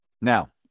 Now